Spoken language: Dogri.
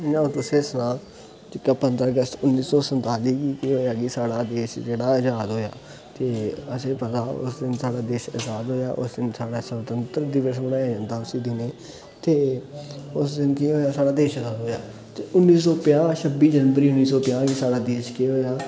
जि'यां अ'ऊं तुसें ई सनांऽ की पंदरां अगस्त उ'न्नी सौ संताली गी केह् होया की साढ़ा देश जेह्ड़ा आज़ाद होया ते असें ई पता उस दिन साढ़ा देश आज़ाद होया उस दिन साढ़ा स्वतंत्र दिवस बनाया जंदा उसी दिनै ई ते उस दिन केह् होया साढ़ा देश आज़ाद होया ते उ'न्नी सौ पंजाह् ते छब्बी जनवरी उ'न्नी सौ पंजाह् गी केह् होया की